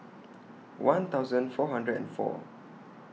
one thousand four hundred and four